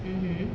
mmhmm